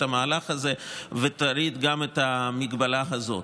המהלך הזה ותוריד גם את המגבלה הזאת.